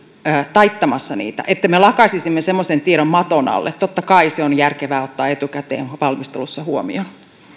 taittamassa niitä että me lakaisisimme semmoisen tiedon maton alle totta kai se on järkevää ottaa etukäteen valmistelussa huomioon